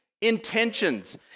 intentions